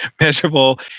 measurable